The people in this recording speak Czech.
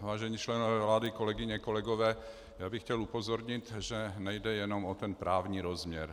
Vážení členové vlády, kolegyně, kolegové, já bych chtěl upozornit, že nejde jen o právní rozměr.